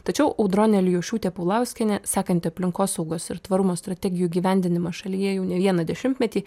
tačiau audronė alijošiūtė pulauskienė sekanti aplinkosaugos ir tvarumo strategijų įgyvendinimą šalyje jau ne vieną dešimtmetį